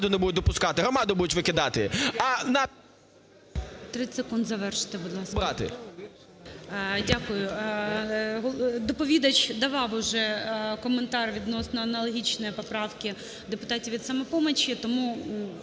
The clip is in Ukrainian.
Дякую. Доповідач давав уже коментар відносно аналогічної поправки депутатів від "Самопомочі", тому